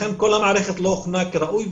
לכן כל המערכת לא הוכנה כראוי,